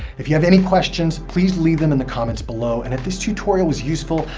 if you have any questions, please leave them in the comments below. and if this tutorial was useful,